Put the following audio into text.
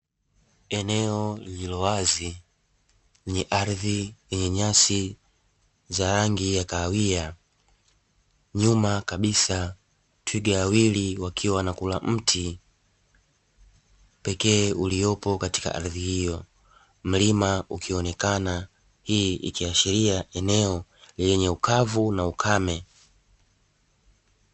Eneo lililo wazi lenye ardhi yenye nyasi za rangi ya kahawia. Nyuma kabisa twiga wawili wakiwa wanakula mti pekee uliopo katika ardhi hiyo, mlima ukionekana. Hii ikiashiria eneo lenye ukavu na ukame.